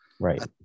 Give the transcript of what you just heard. Right